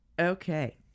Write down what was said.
Okay